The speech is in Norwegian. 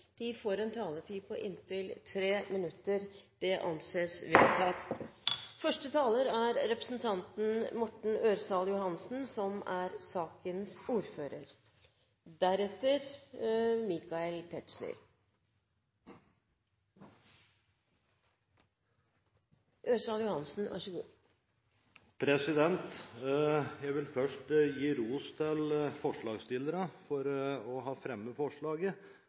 får en taletid på inntil 3 minutter. – Det anses vedtatt. Jeg vil først gi ros til forslagsstillerne for å ha fremmet forslaget og for å ta opp en utrolig viktig problemstilling opp mot rettssikkerheten til